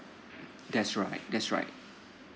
that's right that's right